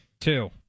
Two